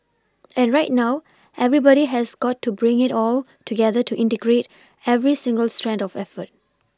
and right now everybody has got to bring it all together to integrate every single strand of effort